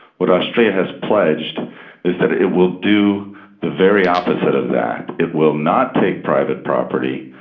what australia has pledged is that it will do the very opposite of that. it will not take private property,